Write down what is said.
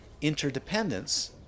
interdependence